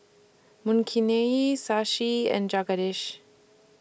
Makineni Shashi and Jagadish